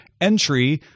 entry